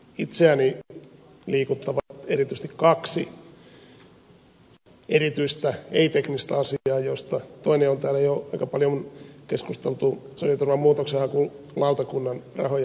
itseäni liikuttavat erityisesti kaksi ei teknistä asiaa joista toisesta on täällä jo aika paljon keskusteltu sosiaaliturvan muutoksenhakulautakunnan rahojen lisäyksestä